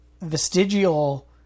vestigial